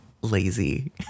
lazy